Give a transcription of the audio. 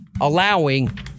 allowing